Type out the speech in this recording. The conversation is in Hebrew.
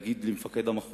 ואני רוצה להגיד למפקד המחוז,